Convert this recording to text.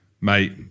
mate